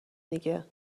دیگه